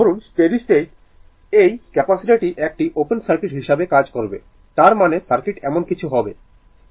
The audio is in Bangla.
ধরুন স্টেডি স্টেট এই ক্যাপাসিটারটি একটি ওপেন সার্কিট হিসাবে কাজ করবে তার মানে সার্কিট এমন কিছু হবে